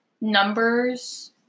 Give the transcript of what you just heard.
numbers